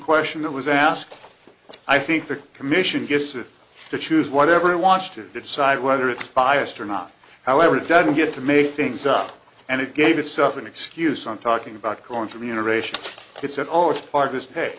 question that was asked i think the commission gets to choose whatever it wants to decide whether it's biased or not however it doesn't get to make things up and it gave itself an excuse i'm talking about calling for the integration it's at all it's part of this